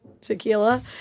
tequila